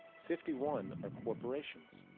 fifty one are corporations.